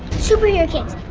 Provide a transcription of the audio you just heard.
superherokids,